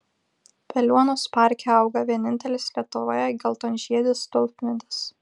veliuonos parke auga vienintelis lietuvoje geltonžiedis tulpmedis